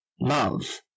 love